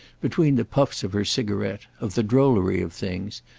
between the puffs of her cigarette, of the drollery of things,